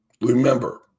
Remember